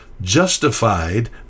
justified